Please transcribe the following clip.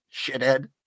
shithead